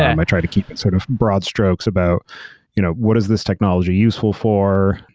i try to keep it sort of broad strokes about you know what is this technology useful for,